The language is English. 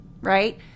right